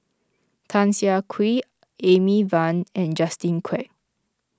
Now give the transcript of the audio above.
Tan Siah Kwee Amy Van and Justin Quek